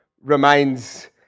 remains